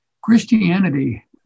Christianity